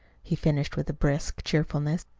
he finished with brisk cheerfulness,